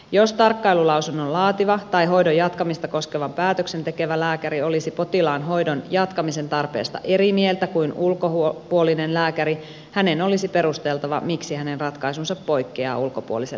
jos tarkkailulausunnon laativa tai hoidon jatkamista koskevan päätöksen tekevä lääkäri olisi potilaan hoidon jatkamisen tarpeesta eri mieltä kuin ulkopuolinen lääkäri hänen olisi perusteltava miksi hänen ratkaisunsa poikkeaa ulkopuolisen lääkärin arviosta